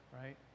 right